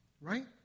Right